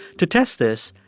to test this,